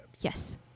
Yes